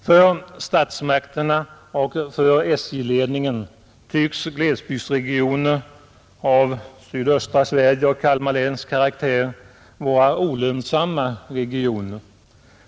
För statsmakterna och för SJ-ledningen tycks glesbygdsregioner — av sydöstra Sveriges och Kalmar läns karaktär — vara olönsamma regioner.